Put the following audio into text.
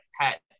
pets